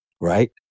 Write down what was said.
right